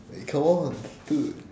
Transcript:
eh come on dude